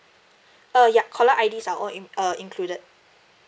uh ya caller I_D are all in uh included